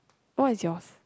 what is yours